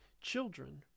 children